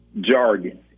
jargon